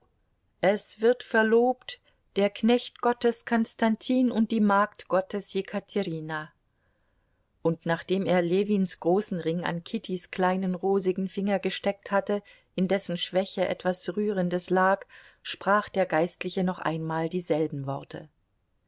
es wird verlobt der knecht gottes konstantin und die magd gottes jekaterina und nachdem er ljewins großen ring an kittys kleinen rosigen finger gesteckt hatte in dessen schwäche etwas rühren des lag sprach der geistliche noch einmal dieselben worte